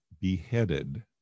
beheaded